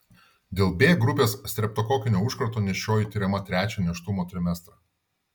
dėl b grupės streptokokinio užkrato nėščioji tiriama trečią nėštumo trimestrą